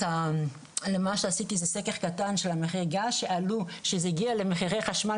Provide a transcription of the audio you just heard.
מה שעשיתי זה סקר קטן של מחירי הגז שזה הגיע למחירי חשמל